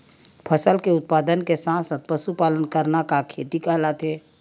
फसल के उत्पादन के साथ साथ पशुपालन करना का खेती कहलाथे?